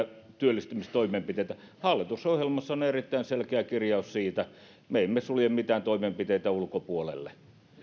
työllistämistoimenpiteistä ja hallitusohjelmassa on on erittäin selkeä kirjaus siitä me emme sulje mitään toimenpiteitä ulkopuolelle